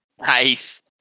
Nice